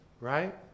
Right